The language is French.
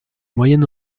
moyen